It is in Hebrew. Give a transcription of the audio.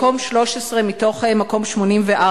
מקום 13 מתוך 84,